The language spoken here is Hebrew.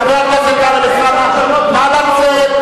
חבר הכנסת טלב אלסאנע, נא לצאת.